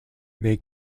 they